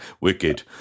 wicked